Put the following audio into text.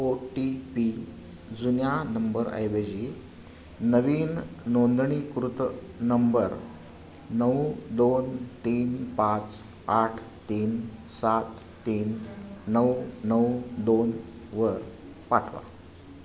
ओ T P जुन्या नंबरऐवजी नवीन नोंदणीकृत नंबर नऊ दोन तीन पाच आठ तीन सात तीन नऊ नऊ दोनवर पाठवा